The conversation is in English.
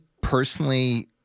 personally